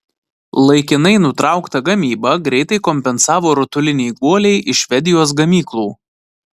laikinai nutrauktą gamybą greitai kompensavo rutuliniai guoliai iš švedijos gamyklų